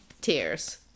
tears